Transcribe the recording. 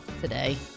today